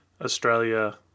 Australia